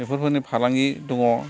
बेफोरफोरनि फालांगि दङ